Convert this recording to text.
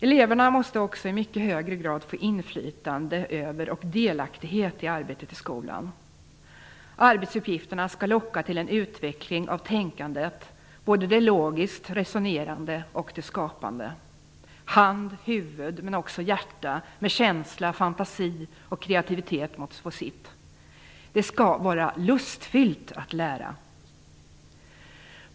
Eleverna måste också i mycket högre grad få inflytande över och delaktighet i arbetet i skolan. Arbetsuppgifterna skall locka till en utveckling av tänkandet, både det logiskt resonerande och det skapande. Hand, huvud men också hjärta, känsla, fantasi och kreativitet måste få sitt. Det skall vara lustfyllt att lära.